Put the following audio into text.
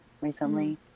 recently